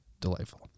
delightful